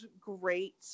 great